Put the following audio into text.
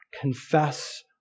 confess